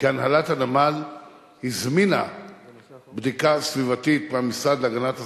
שהנהלת הנמל הזמינה בדיקה סביבתית במשרד להגנת הסביבה,